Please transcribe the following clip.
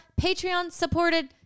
Patreon-supported